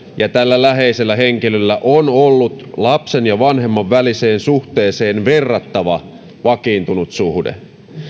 ja tällä läheisellä henkilöllä on ollut lapsen ja vanhemman väliseen suhteeseen verrattava vakiintunut suhde